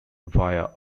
via